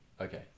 Okay